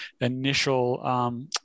initial